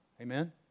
Amen